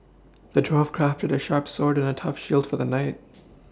the dwarf crafted a sharp sword and a tough shield for the knight